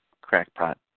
crackpot